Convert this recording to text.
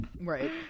Right